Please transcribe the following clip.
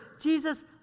Jesus